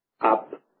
up